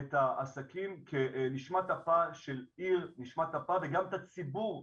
את העסקים כנשמת אפה של עיר וגם את הציבור,